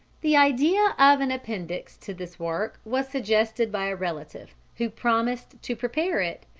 the idea of an appendix to this work was suggested by a relative, who promised to prepare it,